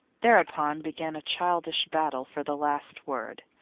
thereupon began a childish battle for the last word.